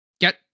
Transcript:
get